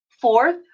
Fourth